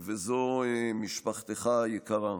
משפחתך היקרה.